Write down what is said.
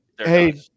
hey